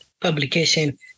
publication